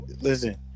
Listen